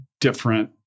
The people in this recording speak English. different